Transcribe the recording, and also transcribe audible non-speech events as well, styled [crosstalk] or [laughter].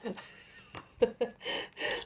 [laughs]